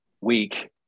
week